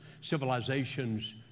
civilizations